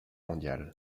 mondiale